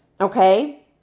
okay